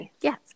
Yes